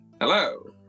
hello